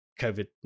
COVID